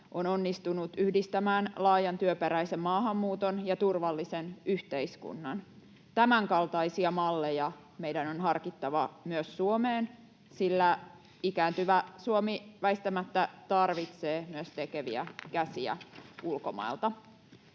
on onnistunut yhdistämään laajan työperäisen maahanmuuton ja turvallisen yhteiskunnan. Tämänkaltaisia malleja meidän on harkittava myös Suomeen, sillä ikääntyvä Suomi väistämättä tarvitsee myös tekeviä käsiä ulkomailta.